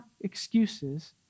excuses